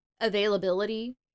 availability